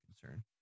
concern